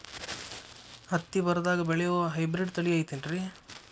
ಹತ್ತಿ ಬರದಾಗ ಬೆಳೆಯೋ ಹೈಬ್ರಿಡ್ ತಳಿ ಐತಿ ಏನ್ರಿ?